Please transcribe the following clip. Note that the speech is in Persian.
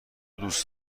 دوست